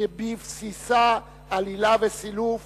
שבבסיסה עלילה וסילוף